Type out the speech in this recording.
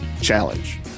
challenge